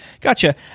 Gotcha